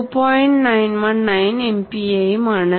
919 എംപിഎയുമാണ്